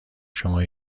شما